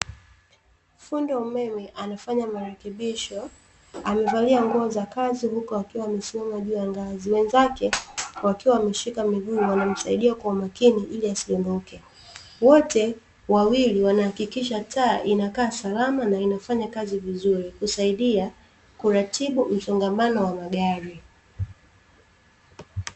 Fundi wa umeme anafanya marekebisho, amevalia nguo za kazi huku akiwa amesimama juu ya ngazi. Wenzake wakiwa wamemshika miguu wanamsaidia kwa umakini ili asidondoke. Wote wawili wanahakikisha taa inakaa salama na inafanya kazi vizuri, kusaidia kuratibu msongamano wa magari.